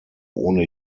ohne